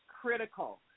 critical